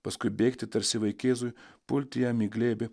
paskui bėgti tarsi vaikėzui pulti jam į glėbį